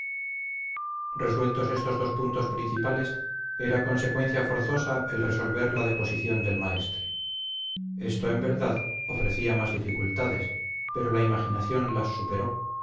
resueltos estos dos puntos principales era consecuencia forzosa el resolver la deposición del maestre esto en verdad ofrecía mas dificultades pero la imaginación las superó